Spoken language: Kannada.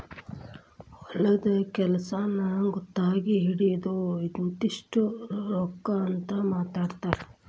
ಹೊಲದ ಕೆಲಸಾನ ಗುತಗಿ ಹಿಡಿಯುದು ಇಂತಿಷ್ಟ ರೊಕ್ಕಾ ಅಂತ ಮಾತಾಡಿರತಾರ